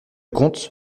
comte